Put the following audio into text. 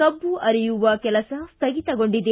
ಕಬ್ಬು ಅರೆಯುವ ಕೆಲಸ ಸ್ಥಗಿತಗೊಂಡಿದೆ